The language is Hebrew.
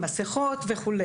מסכות וכו',